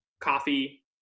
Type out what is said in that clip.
coffee